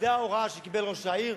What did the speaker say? זו ההוראה שקיבל ראש העיר,